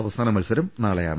അവസാന മത്സരം നാളെയാണ്